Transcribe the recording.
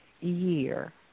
year